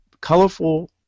Colorful